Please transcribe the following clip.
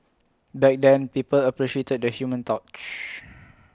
back then people appreciated the human touch